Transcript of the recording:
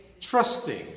Trusting